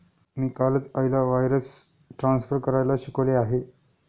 मी कालच आईला wires transfer करायला शिकवले आहे